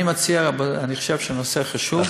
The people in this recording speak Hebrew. אני חושב שהנושא חשוב,